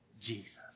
Jesus